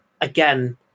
again